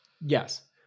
yes